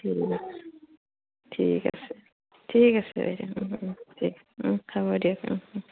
ঠিক আছে ঠিক আছে বাইদেউ ঠিক হ'ব দিয়ক